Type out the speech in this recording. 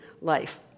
life